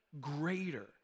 greater